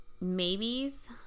maybes